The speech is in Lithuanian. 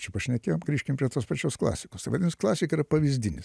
čia pašnekėjom grįžkim prie tos pačios klasikos tai vadinasi klasika yra pavyzdinis